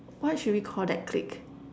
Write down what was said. what should we Call that clique